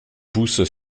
poussent